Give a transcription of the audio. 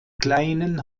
kleinen